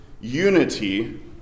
unity